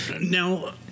Now